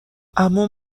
عموم